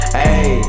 hey